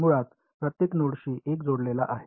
मुळात प्रत्येक नोडशी एक जोडलेला आहे